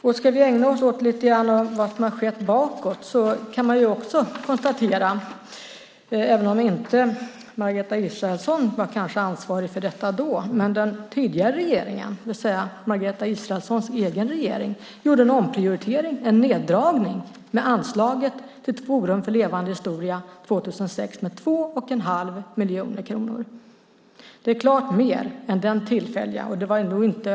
Vi kan ägna oss lite grann åt vad som har skett bakåt i tiden. Margareta Israelsson kanske inte var ansvarig för detta då, men den tidigare regeringen, det vill säga Margareta Israelssons egen regering, gjorde en omprioritering, en neddragning av anslaget till Forum för levande historia 2006 med 2 1⁄2 miljoner kronor. Det är klart mer än den nu aktuella tillfälliga neddragningen.